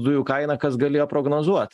dujų kainą kas galėjo prognozuot